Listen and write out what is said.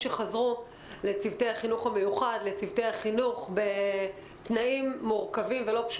אישרו את החינוך המיוחד באותם תנאים של ההסעות הציבוריות.